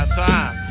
time